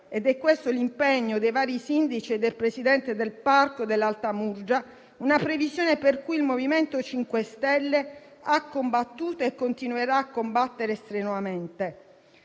È questo l'impegno dei vari sindaci e del presidente del Parco dell'Alta Murgia. Si tratta di una previsione contro cui il MoVimento 5 Stelle ha combattuto e continuerà a combattere strenuamente.